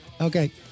okay